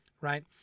right